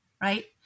right